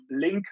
link